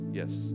yes